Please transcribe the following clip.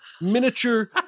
miniature